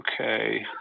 Okay